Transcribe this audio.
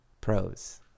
Pros